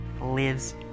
Lives